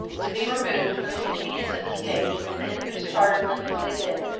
to be removed when the convenience of the states, within whose chartered limits they live,